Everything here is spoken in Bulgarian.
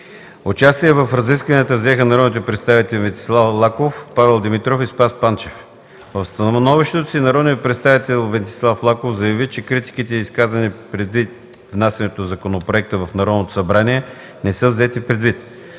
Участие в разискванията взеха народните представители Венцислав Лаков, Павел Димитров и Спас Панчев. В становището си народният представител Венцислав Лаков заяви, че критиките, изказани преди внасянето на законопроекта в Народното събрание, не са взети предвид.